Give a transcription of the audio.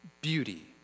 beauty